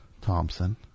Thompson